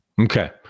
Okay